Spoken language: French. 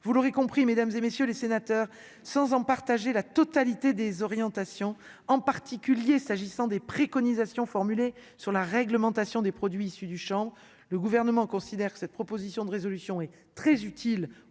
vous l'aurez compris, mesdames et messieurs les sénateurs, sans en partager la totalité des orientations en particulier s'agissant des préconisations formulées sur la réglementation des produits issus du Champ le gouvernement considère que cette proposition de résolution et très utile